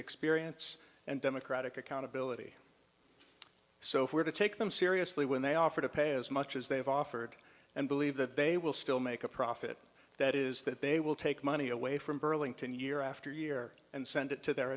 experience and democratic accountability so if we're to take them seriously when they offer to pay as much as they've offered and believe that they will still make a profit that is that they will take money away from burlington year after year and send it to their